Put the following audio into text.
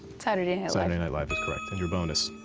saturday saturday night live is correct. and your bonus.